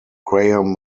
graham